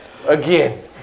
again